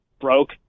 broke